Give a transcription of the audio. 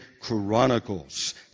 Chronicles